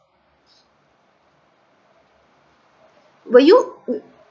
but you